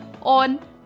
on